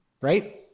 right